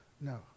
No